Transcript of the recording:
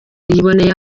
yiboneye